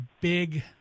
big